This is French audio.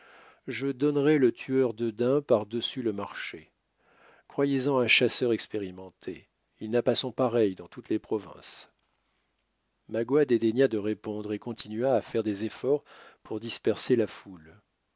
je donnerai le tueur de daims par-dessus le marché croyez-en un chasseur expérimenté il n'a pas son pareil dans toutes les provinces magua dédaigna de répondre et continua à faire des efforts pour disperser la foule